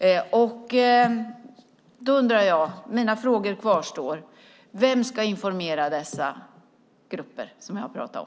Mina frågor kvarstår. Vem ska informera de grupper som jag har talat om?